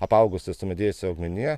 apaugusia sumedėjusia augmenija